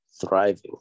thriving